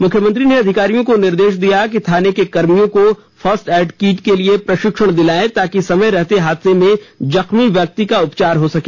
मुख्यमंत्री ने अधिकारियों को निर्देश दिया कि थाने के कर्मियों को फर्स्ट एड के लिए प्रशिक्षण दिलाएं ताकि समय रहते हादसे में जख्मी व्यक्ति का उपचार हो सके